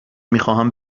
میخواهم